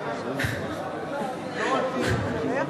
לקרקס הזה לא תכניסו אותי.